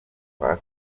kwa